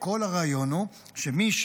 כל הרעיון הוא שמי,